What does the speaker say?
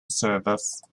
service